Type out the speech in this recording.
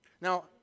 Now